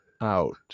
out